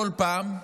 כל פעם,